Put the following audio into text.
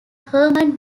herman